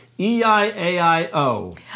E-I-A-I-O